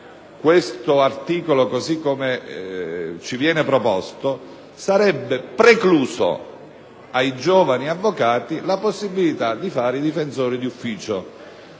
questo articolo, così come ci viene proposto, sarebbe preclusa ai giovani avvocati la possibilità di fare i difensori di ufficio.